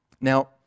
Now